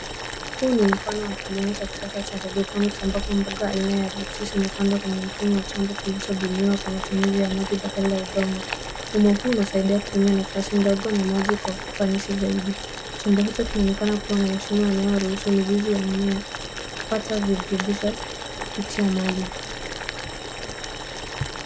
Huu ni mfano wa kilimo cha kisasa cha hydroponic ambapo mboga aina ya leeks imepandwa kwenye mfumo wa chombo kilichobuniwa kwa matumizi ya maji badala ya udongo. Mfumo huu unasaidia kutumia nafasi ndogo na maji kwa kufanisi zaidi. Chombo hicho kinaonekana kuwa na mashimo inayoruhusu mizizi ya mimea, kupata virutubisho, kupitia maji.